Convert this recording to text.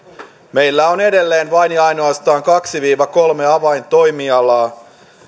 meillä on edelleen vain ja ainoastaan kaksi viiva kolme avaintoimialaa